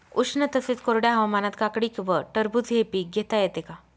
उष्ण तसेच कोरड्या हवामानात काकडी व टरबूज हे पीक घेता येते का?